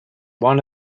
one